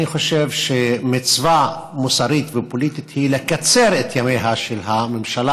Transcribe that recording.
אני חושב שמצווה מוסרית ופוליטית היא לקצר את ימיה של הממשלה.